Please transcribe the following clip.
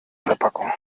verpackung